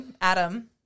Adam